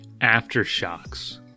Aftershocks